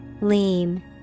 Lean